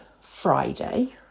Friday